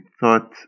thought